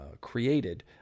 Created